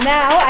Now